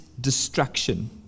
destruction